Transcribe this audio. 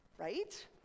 Right